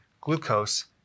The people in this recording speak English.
glucose